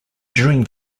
during